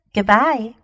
Goodbye